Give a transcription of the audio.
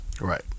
Right